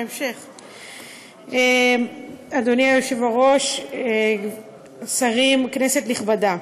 אדוני היושב-ראש, שרים, כנסת נכבדה,